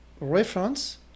reference